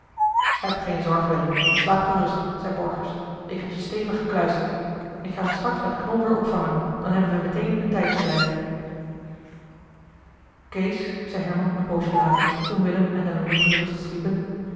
heb geen zorg willem en slaap gerust zei borgers ik heb ze stevig gekluisterd ik ga ze straks met knol weer opvangen dan hebben we meteen een tijdverdrijf kees zei herman een poosje later toen willem en de lord gerust sliepen